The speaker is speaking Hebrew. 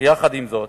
עם זאת,